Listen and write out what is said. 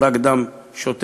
רק דם שותת,